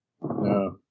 No